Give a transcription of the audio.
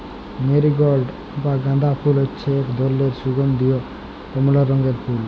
marigold বা গাঁদা ফুল হচ্যে এক ধরলের সুগন্ধীয় কমলা রঙের ফুল